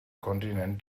kontinent